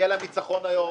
יהיה להם ניצחון היום.